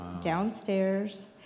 downstairs